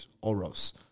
Oros